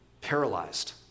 paralyzed